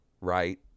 right